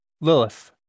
Lilith